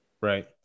Right